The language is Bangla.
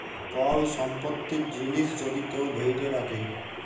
কল সম্পত্তির জিলিস যদি কেউ ধ্যইরে রাখে